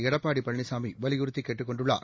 எடப்பாடி பழனிசாமி வலியுறுத்தி கேட்டுக் கொண்டுள்ளார்